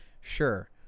Sure